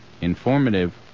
informative